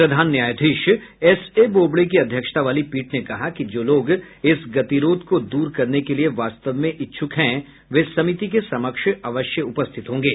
प्रधान न्यायाधीश S A Bobde की अध्यक्षता वाली पीठ ने कहा कि जो लोग इस गतिरोध को दूर करने के लिए वास्तव में इच्छुक हैं वे समिति के समक्ष अवश्य उपस्थित होंगे